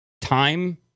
time